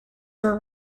were